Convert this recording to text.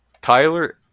Tyler